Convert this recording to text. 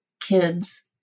kids